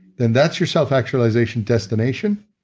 then that's your self-actualization destination.